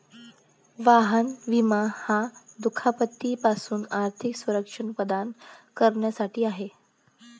वाहन विमा हा दुखापती पासून आर्थिक संरक्षण प्रदान करण्यासाठी आहे